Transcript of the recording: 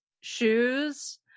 shoes